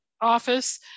office